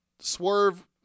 Swerve